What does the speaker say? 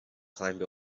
climb